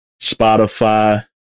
Spotify